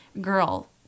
girl